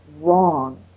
wrong